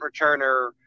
returner